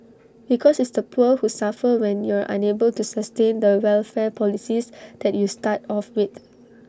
because it's the poor who suffer when you're unable to sustain the welfare policies that you start off with